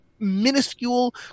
minuscule